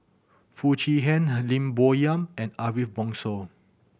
Foo Chee Han Lim Bo Yam and Ariff Bongso